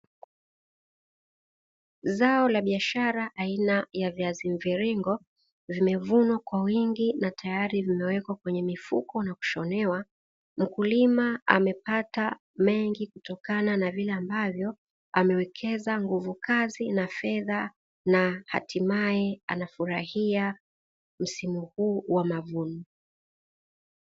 Zao la biashara aina ya viazi mviringo vimevunwa kwa wingi na tayari vimewekwa kwenye mifuko na kushonewa. mkulima amepata mengi kutokana na vile ambavyo amewekeza nguvu kazi na fedha na hatimaye anafurahia msimu huu wa mavuno.